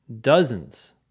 dozens